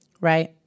right